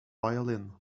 violin